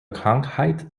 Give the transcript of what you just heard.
krankheit